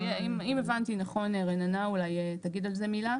אם הבנתי נכון, רננה אולי תגיד על זה מילה.